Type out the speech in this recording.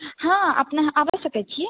हँ अपने आबि सकैत छियै